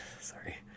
sorry